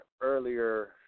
earlier